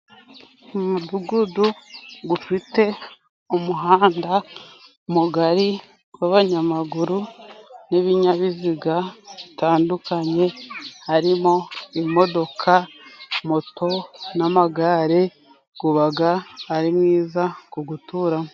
Umudugudu gufite umuhanda mugari gw'abanyamaguru n'ibinyabiziga bitandukanye harimo imodoka, moto n'amagare, gubaga ari mwiza ku guturamo.